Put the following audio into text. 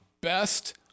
Best